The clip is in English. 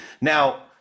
now